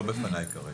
לא בפניי כרגע.